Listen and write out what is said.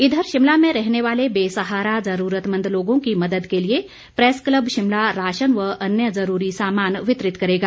इधर शिमला में रहने वाले बेसहारा ज़रूरतमंद लोगों की मदद के लिए प्रेस क्लब शिमला राशन व अन्य ज़रूरी सामान वितरित करेगा